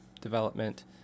development